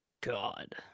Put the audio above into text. God